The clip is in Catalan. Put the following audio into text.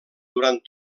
durant